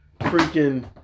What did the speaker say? freaking